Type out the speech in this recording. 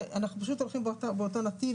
אנחנו פשוט הולכים באותו נתיב,